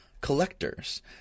collectors